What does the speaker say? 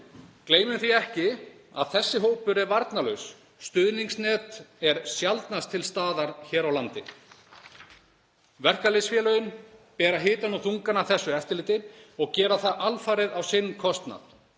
Gleymum því ekki að þessi hópur er varnarlaus. Stuðningsnet er sjaldnast til staðar hér á landi. Verkalýðsfélögin bera hitann og þungann af þessu eftirliti og gera það alfarið á sinn kostnað.